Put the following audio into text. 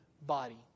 body